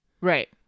Right